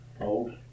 old